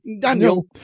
Daniel